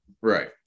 Right